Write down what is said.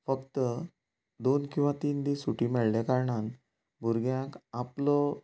फक्त दोन किंवां तीन दीस सुटी मेळ्या कारणान भुरग्यांक आपलो